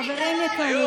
בבקשה.